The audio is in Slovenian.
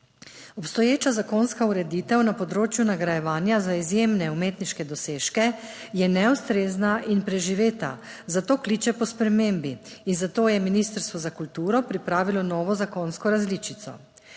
Obstoječa zakonska ureditev na področju nagrajevanja za izjemne umetniške dosežke je neustrezna in preživeta, zato kliče po spremembi in zato je Ministrstvo za kulturo pripravilo novo zakonsko različico.